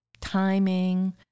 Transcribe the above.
timing